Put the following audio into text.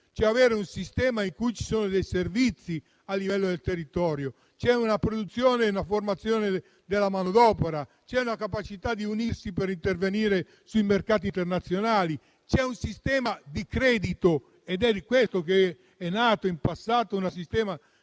cioè avere un sistema in cui ci sono servizi a livello del territorio, una produzione e una formazione della manodopera, una capacità di unirsi per intervenire sui mercati internazionali e un sistema di credito. Per questo è nato in passato un sistema di banche